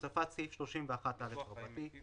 הוספת סעיף 31א אחרי